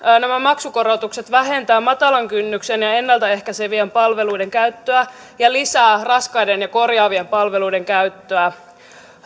nämä maksukorotukset vähentävät matalan kynnyksen ja ennalta ehkäisevien palveluiden käyttöä ja lisäävät raskaiden ja korjaavien palveluiden käyttöä